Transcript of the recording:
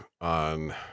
on –